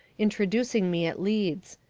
introducing me at leeds.